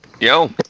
Yo